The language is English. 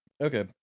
Okay